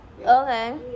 Okay